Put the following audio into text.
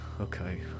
okay